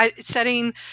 Setting